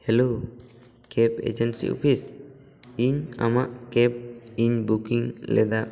hello ᱠᱮᱯᱷ agency office ᱤᱧ ᱟᱢᱟᱜ ᱠᱮᱯᱷ ᱤᱧ ᱵᱩᱠᱤᱝ ᱞᱮᱫᱟ